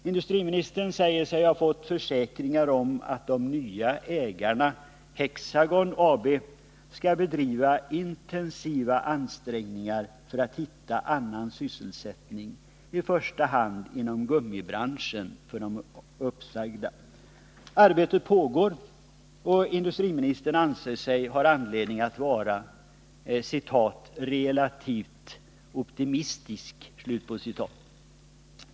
Industriministern säger sig ha fått försäkringar om att den nya ägaren, Hexagon AB, skall bedriva intensiva ansträngningar för att hitta annan sysselsättning, i första hand inom gummibranschen, för de uppsagda. Arbetet pågår, och industriministern anser sig ha anledning att vara ”relativt optimistisk”.